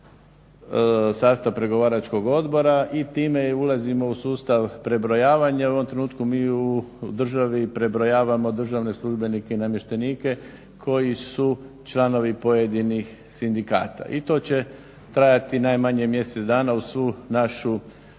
sastav pregovaračkog odbora i time i ulazimo u sustav prebrojavanja. U ovom trenutku mi u državi prebrojavamo državne službenike i namještenike koji su članovi pojedinih sindikata. I to je će trajati najmanje mjesec dana, uz svu našu